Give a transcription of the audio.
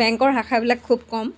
বেংকৰ শাখাবিলাক খুব কম